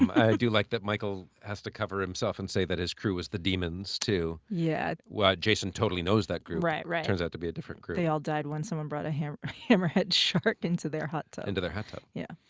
i do like that michael has to cover himself and say that his crew is the demons, too. yeah. jason totally knows that group. right, right. turns out to be a different group. they all died when someone brought a hammerhead hammerhead shark into their hot tub. into their hot tub. yeah.